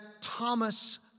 Thomas